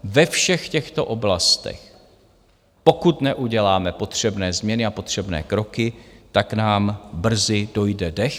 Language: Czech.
Ve všech těchto oblastech, pokud neuděláme potřebné změny a potřebné kroky, tak nám brzy dojde dech.